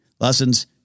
lessons